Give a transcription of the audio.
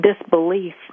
disbelief